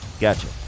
Gotcha